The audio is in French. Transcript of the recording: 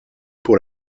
pour